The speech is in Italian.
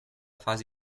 fase